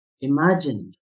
imagined